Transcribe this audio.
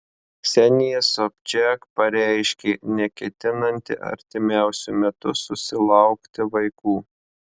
ksenija sobčiak pareiškė neketinanti artimiausiu metu susilaukti vaikų